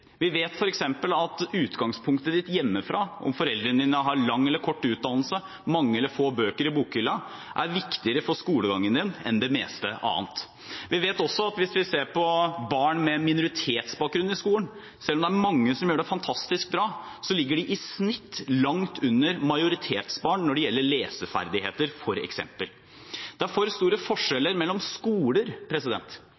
Vi vet f.eks. at utgangspunktet ditt hjemmefra – om foreldrene dine har lang eller kort utdannelse, mange eller få bøker i bokhylla – er viktigere for skolegangen din enn det meste annet. Vi vet også at selv om det er mange barn med minoritetsbakgrunn som gjør det fantastisk bra i skolen, så ligger de i snitt langt under majoritetsbarn når det gjelder f.eks. leseferdigheter. Det er for store forskjeller mellom skoler.